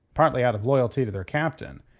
partly out of loyalty to their captain,